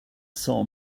saw